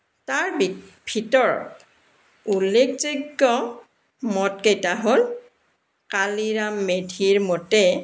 তাৰ বি ভিতৰত উল্লেখযোগ্য মত কেইটা হ'ল কালিৰাম মেধিৰ মতে